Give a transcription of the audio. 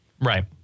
Right